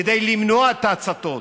כדי למנוע את ההצתות,